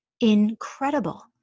incredible